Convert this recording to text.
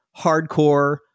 hardcore